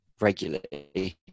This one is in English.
regularly